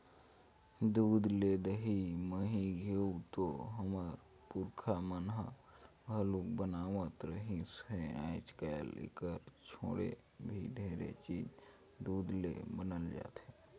दूद ले दही, मही, घींव तो हमर पूरखा मन ह घलोक बनावत रिहिस हे, आयज कायल एखर छोड़े भी ढेरे चीज दूद ले बनाल जाथे